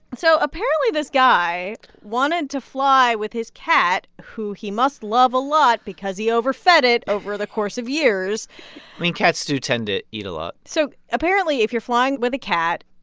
so apparently, this guy wanted to fly with his cat, who he must love a lot because he overfed it over the course of years i mean, cats do tend to eat a lot so apparently, if you're flying with a cat,